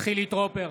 חילי טרופר,